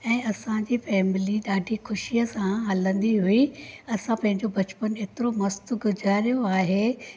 ऐं असांजी फैमिली ॾाढी ख़ुशीअ सां हलंदी हुई असां पंहिंजो बचपन एतिरो मस्त गुज़ारियो आहे